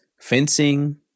fencing